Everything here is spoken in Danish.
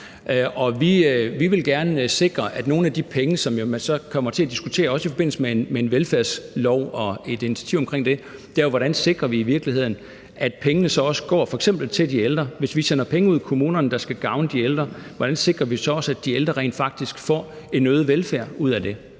Vi vil gerne sikre, at nogle af de penge, som man så også kommer til at diskutere i forbindelse med en velfærdslov og et initiativ omkring velfærd, så i virkeligheden også går til f.eks. de ældre. Hvis vi sender penge ud i kommunerne, der skal gavne de ældre, hvordan sikrer vi så også, at de ældre rent faktisk får en øget velfærd ud af det?